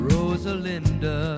Rosalinda